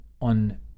on